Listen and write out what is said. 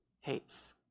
hates